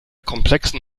komplexen